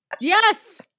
Yes